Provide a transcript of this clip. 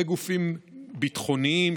וגופים ביטחוניים,